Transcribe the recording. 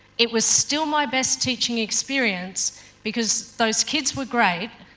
it was still my best teaching experience because those kids were great,